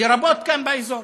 לרבות כאן באזור.